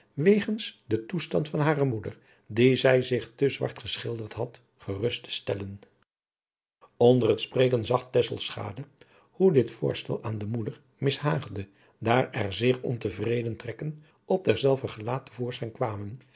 wegens den toestand van hare moeder dien zij zich te zwart geschilderd had gerust te stellen onder het spreken zag tesselschade hoe dit voorstel aan de moeder mishaagde daar er zeer ontevreden trekken op derzelver gelaat te voorschijn kwamen